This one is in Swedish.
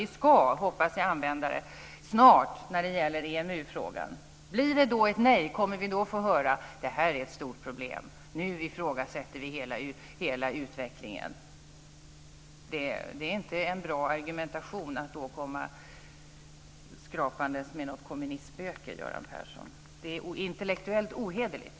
Vi ska, hoppas jag, snart ha en folkomröstning i EMU-frågan. Blir det då ett nej, kommer vi då att få höra: Det här är ett stort problem. Nu ifrågasätts hela utvecklingen. Det är inte en bra argumentation att då komma dragandes med något kommunistspöke, Göran Persson. Det är intellektuellt ohederligt.